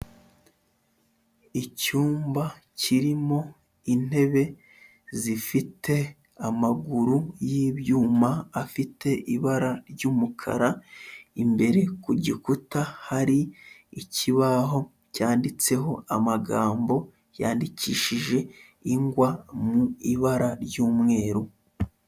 Icyumba kirimo intebe zifite amaguru y'ibyuma afite ibara ry'umukara, imbere ku gikuta hari ikibaho cyanditseho amagambo yandikishije ingwa mu ibara ry'umweru.